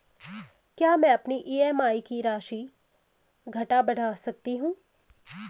क्या मैं अपनी ई.एम.आई की धनराशि घटा बढ़ा सकता हूँ?